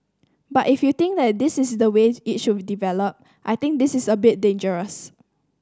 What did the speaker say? but if you think this is the way it should develop I think this is a bit dangerous